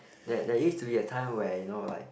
that there used to be a time where you know like